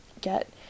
get